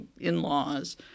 in-laws